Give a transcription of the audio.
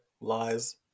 Lies